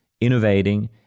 innovating